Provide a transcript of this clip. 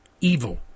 evil